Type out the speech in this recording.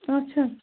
اَچھا